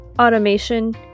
automation